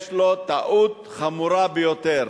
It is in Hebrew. יש לו טעות חמורה ביותר.